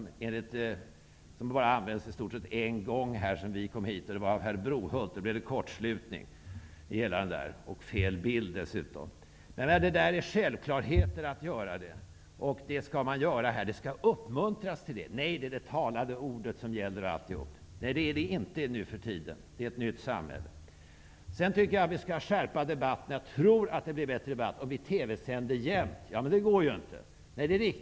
Den har bara använts en gång sedan vi kom hit -- det var av herr Brohult och då blev det kortslutning och dessutom fel bild. Det är självklart att man skall uppmuntra till detta. Men man säger att det är det talade ordet som gäller. Det är det inte nu för tiden. Vi har ett nytt samhälle. Jag tror att vi skulle få en bättre debatt om vi TV sände jämt. Det går inte, säger man.